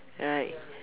right